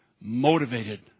motivated